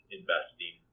investing